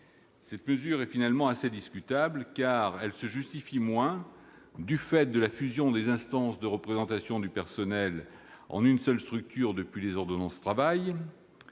Cette mesure est finalement assez discutable, car elle se justifie moins du fait de la fusion des instances de représentation du personnel en une seule structure depuis les ordonnances Travail.